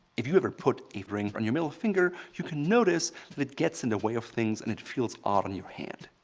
if you ever put a ring on your middle finger, you can notice that it gets in the way of things and it feels odd on your hand.